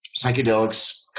psychedelics